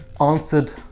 answered